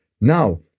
Now